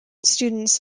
students